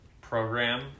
program